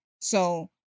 So-